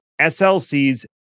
SLCs